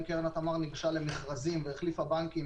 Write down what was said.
קרן התמר ניגשה למכרזים והחליפה בנקים,